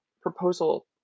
proposal